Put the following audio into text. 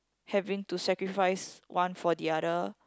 having to sacrifice one for the other